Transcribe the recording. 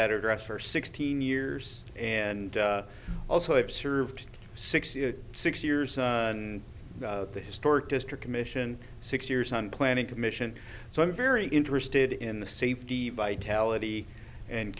that address for sixteen years and also i have served six six years on the historic district commission six years on planning commission so i'm very interested in the safety vitality and